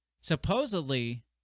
supposedly